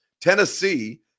Tennessee